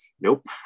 nope